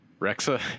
Rexa